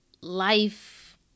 Life